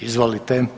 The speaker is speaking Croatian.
Izvolite.